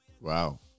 Wow